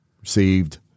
Received